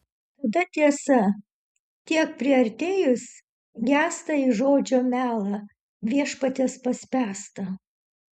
tada tiesa tiek priartėjus gęsta į žodžio melą viešpaties paspęstą